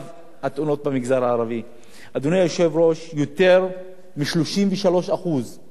יותר מ-33% מההרוגים בתאונות דרכים הם מהמגזר הערבי,